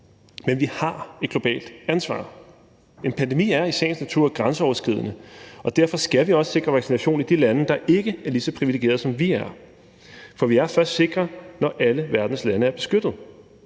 Men vi har et globalt ansvar. En pandemi er i sagens natur grænseoverskridende, og derfor skal vi også sikre vaccination i de lande, der ikke er lige så privilegerede, som vi er. For vi er først sikre, når alle verdens lande er beskyttet,